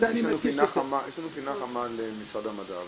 --- יש לנו פינה חמה למשרד המדע,